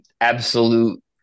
absolute